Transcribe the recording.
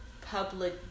public